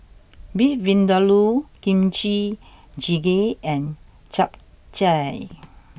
Beef Vindaloo Kimchi jjigae and Japchae